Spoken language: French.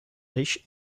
riche